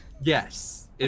Yes